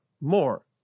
more